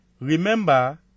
Remember